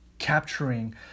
Capturing